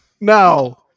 No